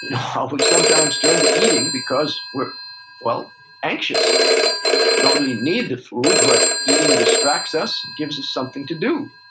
and how we sometimes turn to eating because we're anxious. we don't really need the food, but eating distracts us. it gives us something to do.